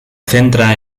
centra